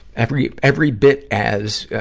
every, every bit as,